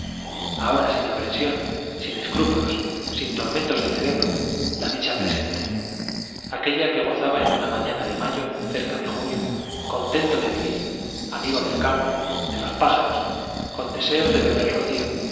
ahora sin aprensión sin escrúpulos sin tormentos del cerebro la dicha presente aquella que gozaba en una mañana de mayo cerca de junio contento de vivir amigo del campo de los pájaros con deseos de beber rocío